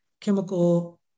chemical